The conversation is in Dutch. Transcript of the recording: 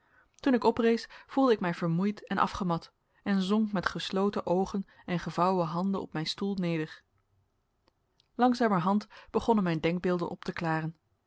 toen ik oprees voelde ik mij vermoeid en afgemat en zonk met gesloten oogen en gevouwen handen op mijn stoel neder langzamerhand begonnen mijn denkbeelden op te klaren